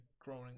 growing